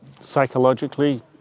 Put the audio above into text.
Psychologically